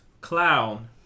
clown